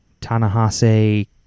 Tanahase